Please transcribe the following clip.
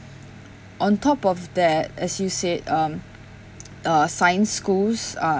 on top of that as you said um uh science schools uh